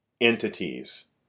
entities